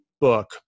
book